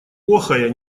охая